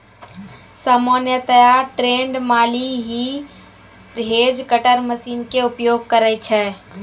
सामान्यतया ट्रेंड माली हीं हेज कटर मशीन के उपयोग करै छै